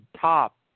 top